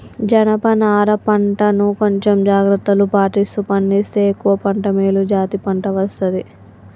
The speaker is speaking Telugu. జనప నారా పంట ను కొంచెం జాగ్రత్తలు పాటిస్తూ పండిస్తే ఎక్కువ పంట మేలు జాతి పంట వస్తది